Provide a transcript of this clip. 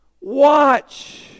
Watch